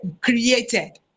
created